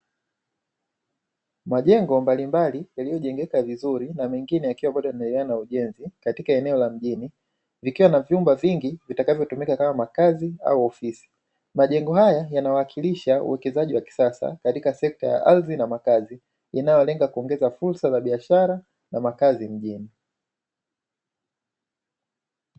Majengo mbalimbali yaliyojengeka vizuri, na mengine yakiwa yanaendelea kwa ujenzi yakiwa na vyumba vingi vitakavyotumika kama makazi au ofisi, majengo haya yanawakilisha uwekezaji wa kisasa katika sekta ya ardhi na makazi inayolenga kuongeza fursa za biashara na makazi mjini.